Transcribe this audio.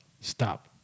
stop